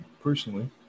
personally